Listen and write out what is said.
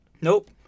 Nope